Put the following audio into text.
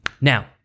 Now